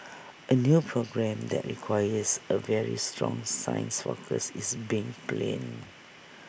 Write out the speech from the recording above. A new programme that requires A very strong science focus is being planned